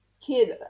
kid